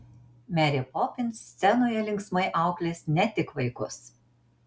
merė popins scenoje linksmai auklės ne tik vaikus